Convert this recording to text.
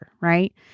right